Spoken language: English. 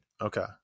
Okay